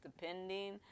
depending